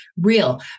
Real